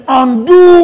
undo